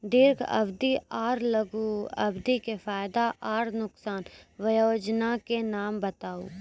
दीर्घ अवधि आर लघु अवधि के फायदा आर नुकसान? वयोजना के नाम बताऊ?